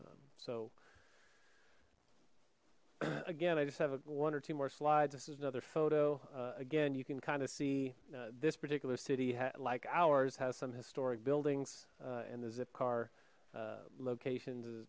so again i just have one or two more slides this is another photo again you can kind of see this particular city like ours has some historic buildings and the zipcar locations